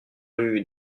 rue